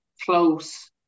close